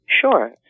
Sure